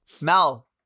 Mel